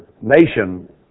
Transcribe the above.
nation